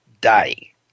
day